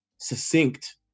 succinct